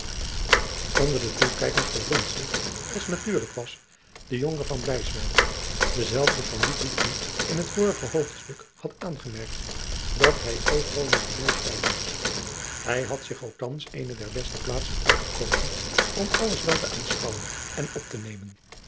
onder de toekijkers bevond zich als natuurlijk was de jonker van bleiswyk dezelfde van wien ludwig in het vorige hoofdstuk had aangemerkt dat hij overal met den neus bij was hij had zich ook thands eene der beste plaatsen uitgekozen om jacob van lennep de pleegzoon alles wel te aanschouwen en op te nemen